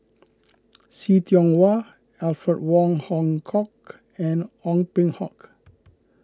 See Tiong Wah Alfred Wong Hong Kwok and Ong Peng Hock